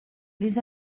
les